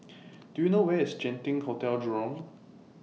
Do YOU know Where IS Genting Hotel Jurong